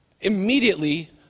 immediately